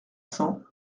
cents